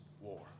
war